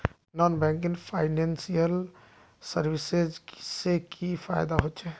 Non banking financial services से की फायदा होचे?